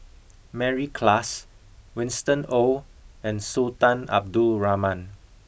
Mary Klass Winston Oh and Sultan Abdul Rahman